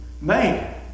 Man